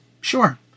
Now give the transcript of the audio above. sure